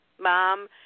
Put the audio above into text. mom